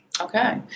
Okay